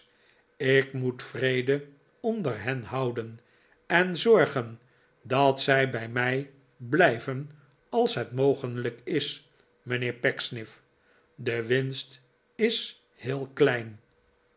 ik moet vrede onder hen houden en zorgen dat zij bij mij blijven als het mogelijk is mijnheer pecksniffl de winst is heel klein